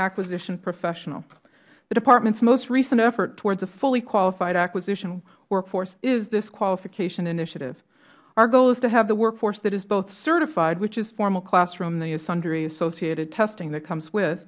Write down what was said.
acquisition professional the departments most recent effort toward a fully qualified acquisition workforce is this qualification initiative our goal is to have a workforce which is both certified which is formal classroom and the associated sundry testing that comes with